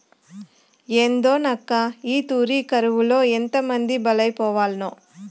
ఏందోనక్కా, ఈ తూరి కరువులో ఎంతమంది బలైపోవాల్నో